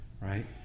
right